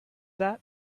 that